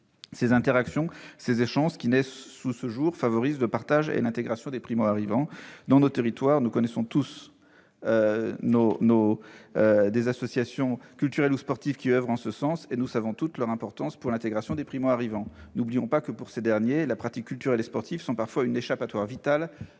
Les interactions et échanges qui naissent sous ce jour favorisent le partage et l'intégration des primo-arrivants. Dans nos territoires, nous connaissons tous des associations culturelles ou sportives qui oeuvrent en ce sens. Nous savons leur importance pour l'intégration des primo-arrivants. N'oublions pas que, pour ces derniers, la pratique culturelle et sportive est parfois une échappatoire vitale